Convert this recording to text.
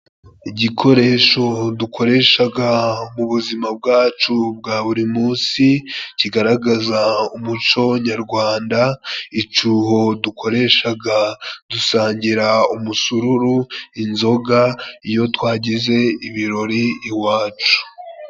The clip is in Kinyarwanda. Igikoresho dukoreshaga mu buzima bwacu bwa buri munsi kigaragaza umuco nyarwanda icuho dukoreshaga dusangira umusururu ,inzoga iyo twagize ibirori iwacu.